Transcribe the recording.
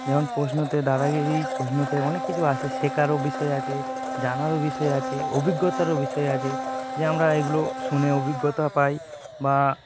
যেমন প্রশ্নতে দাদাগিরির প্রশ্নতে অনেক কিছু আসে শেখারও বিষয় আছে জানারও বিষয় আছে অভিজ্ঞতারও বিষয় আছে যে আমরা এগুলো শুনে অভিজ্ঞতা পাই বা